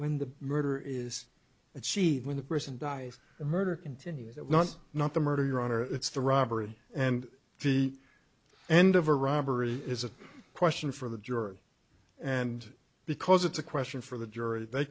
when the murder is achieved when the person dies a murder continued that was not the murder your honor it's the robbery and the end of a robbery is a question for the jury and because it's a question for the jury they